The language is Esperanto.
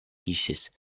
kisis